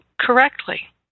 correctly